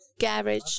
garage